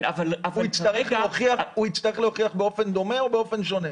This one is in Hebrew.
הוא יצטרך להוכיח באופן דומה או באופן שונה?